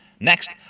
Next